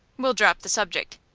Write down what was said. we'll drop the subject.